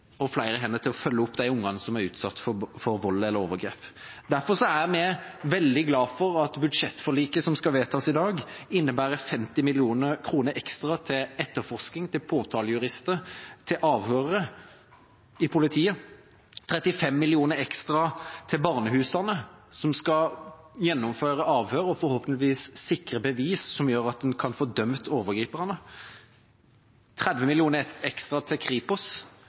og flere hender til å følge opp de ungene som er utsatt for vold eller overgrep. Derfor er vi veldig glade for at budsjettforliket som skal vedtas i dag, innebærer 50 mill. kr ekstra til etterforsking, til påtalejurister, til avhørere i politiet, 35 mill. kr ekstra til barnehusene, som skal gjennomføre avhør og forhåpentligvis sikre bevis som gjør at en kan få dømt overgriperne, 30 mill. kr ekstra til Kripos,